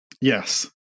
Yes